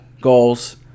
goals